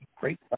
great